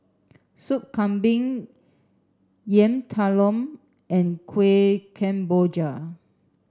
Soup Kambing Yam Talam and Kuih Kemboja